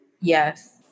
Yes